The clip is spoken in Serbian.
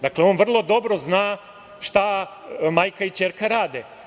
Dakle, on vrlo dobro zna šta majka i ćerka rade.